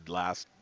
last